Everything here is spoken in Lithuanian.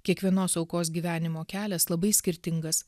kiekvienos aukos gyvenimo kelias labai skirtingas